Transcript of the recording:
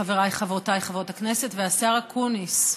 חבריי וחברותיי חברות הכנסת והשר אקוניס,